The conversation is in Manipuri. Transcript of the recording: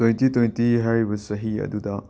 ꯇꯣꯏꯟꯇꯤ ꯇꯣꯏꯟꯇꯤ ꯍꯥꯏꯔꯤꯕ ꯆꯍꯤ ꯑꯗꯨꯗ